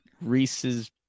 Reese's